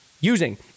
using